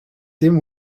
dim